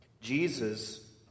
Jesus